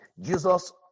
Jesus